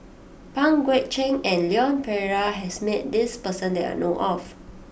Pang Guek Cheng and Leon Perera has met this person that I know of